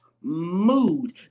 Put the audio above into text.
mood